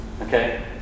okay